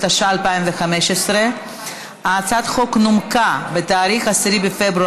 התשע"ה 2015. הצעת החוק נומקה ב-10 בפברואר